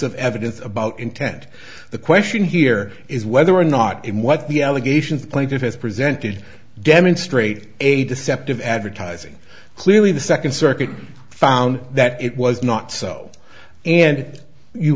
of evidence about intent the question here is whether or not in what the allegations plaintiff has presented demonstrate eight sept of advertising clearly the second circuit found that it was not so and you